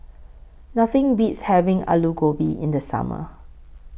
Nothing Beats having Aloo Gobi in The Summer